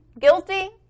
guilty